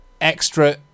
extra